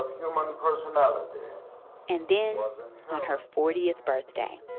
human personality and then on her fortieth birthday,